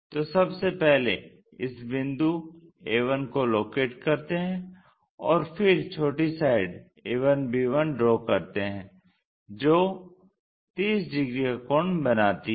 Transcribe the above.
तो सबसे पहले इस बिंदु a1 को लोकेट करते हैं और फिर छोटी साइड a1b1 ड्रा करते हैं जो 30 डिग्री का कोण बनाती है